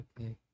okay